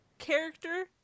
character